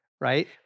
right